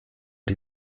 die